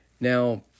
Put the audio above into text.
Now